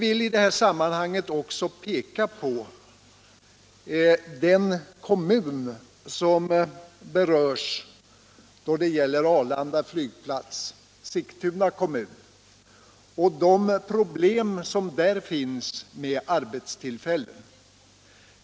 I detta sammanhang vill jag också peka på den kommun som berörs då det gäller Arlanda flygplats, nämligen Sigtuna kommun, och de problem man där har med sysselsättningen.